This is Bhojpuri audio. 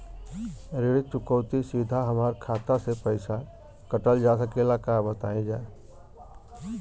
ऋण चुकौती सीधा हमार खाता से पैसा कटल जा सकेला का बताई जा?